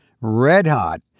red-hot